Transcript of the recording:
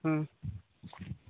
ହୁଁ